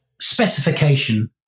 specification